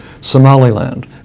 Somaliland